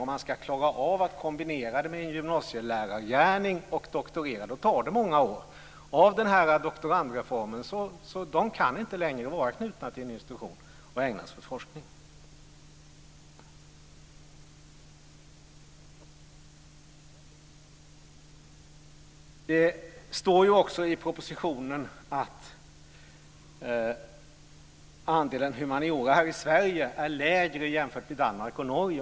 Om man ska klara av att kombinera det här med att doktorera med en gymnasielärargärning tar det många år. I och med den här doktorandreformen kan de inte längre vara knutna till en institution och ägna sig åt forskning. Det står också i propositionen att andelen humaniora är lägre i Sverige än i Danmark och Norge.